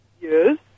Yes